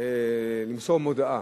למסור הודעה,